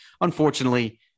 unfortunately